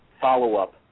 follow-up